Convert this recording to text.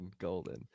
golden